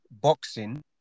boxing